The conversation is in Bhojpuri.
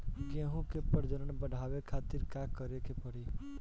गेहूं के प्रजनन बढ़ावे खातिर का करे के पड़ी?